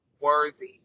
worthy